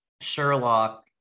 sherlock